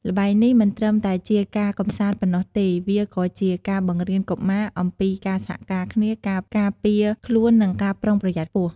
ល្បែងនេះមិនត្រឹមតែជាការកំសាន្តប៉ុណ្ណោះទេ វាក៏ជាការបង្រៀនកុមារអំពីការសហការគ្នា ការការពារខ្លួននិងការប្រុងប្រយ័ត្នខ្ពស់។